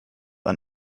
ein